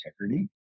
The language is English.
integrity